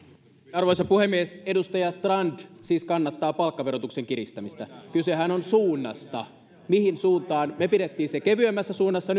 arvoisa puhemies edustaja strand siis kannattaa palkkaverotuksen kiristämistä kysehän on suunnasta siitä mihin suuntaan me pidimme sen kevyemmässä suunnassa